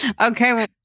Okay